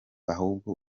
ahubwo